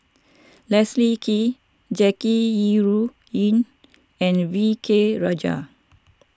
Leslie Kee Jackie Yi Ru Ying and V K Rajah